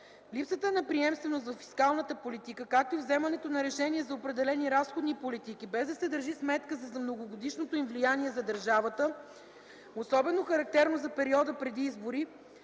Липсата на приемственост във фискалната политика, както и вземането на решения за определени разходни политики, без да се държи сметка за многогодишното им влияние за държавата, особено характерно за периода преди избори,